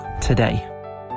today